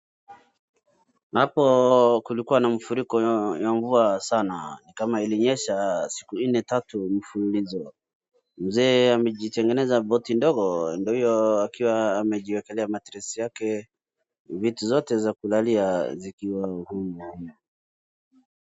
Hapo kulikuwa na mfuriko ya mvua sana. Ni kama ilinyesha siku nne tatu mfurulizo. Mzee amejitengeneza boti ndogo, ndiyo hiyo akiwa amejiekelea mattress yake, vitu zote za kulalia vikiwa humo.